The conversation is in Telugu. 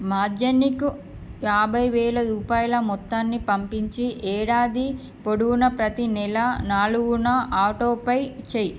మాద్యనిక్ యాభై వేల రూపాయల మొత్తాన్ని పంపించి ఏడాది పొడవునా ప్రతీ నెల నాలుగున ఆటోపే చేయి